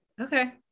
Okay